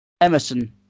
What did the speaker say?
Emerson